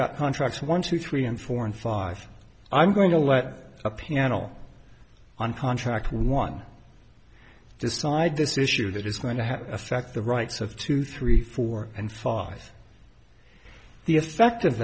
got contracts one two three and four and five i'm going to let a panel on contract one decide this issue that is going to have affect the rights of two three four and five the effect of